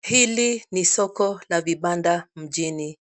Hili ni soko la vibanda mjini,